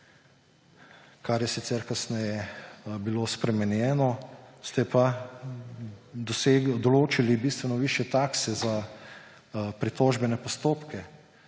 kar je sicer kasneje bilo spremenjeno. Ste pa določili bistveno višje takse za pritožbene postopke.